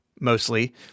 mostly